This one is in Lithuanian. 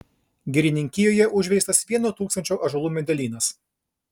girininkijoje užveistas vieno tūkstančio ąžuolų medelynas